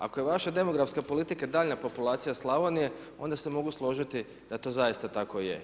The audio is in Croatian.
Ako je vaša demografska politika, daljnja populacija Slavonije, onda se mogu složiti da to zaista tako je.